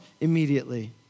immediately